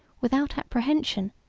without apprehension,